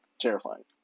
terrifying